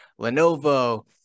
Lenovo